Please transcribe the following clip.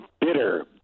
bitter